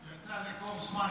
יצאה למכ"ים, יצאה לקורס מ"כים.